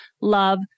love